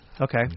Okay